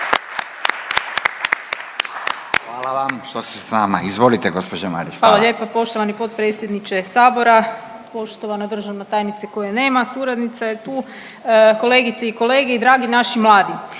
Hvala vam što ste s nama. Izvolite gospođa Marić. **Marić, Andreja (SDP)** Hvala lijepo poštovani potpredsjedniče sabora. Poštovana državna tajnice koje nema, suradnica je tu, kolegice i kolege i dragi naši mladi,